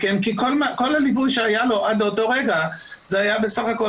כי כל הליווי שהיה לו עד לאותו רגע זה היה בסך הכול